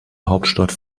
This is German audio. hauptstadt